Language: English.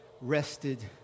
rested